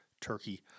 turkey